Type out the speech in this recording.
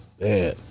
Man